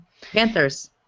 Panthers